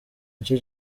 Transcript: nicyo